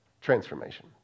transformation